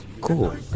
cool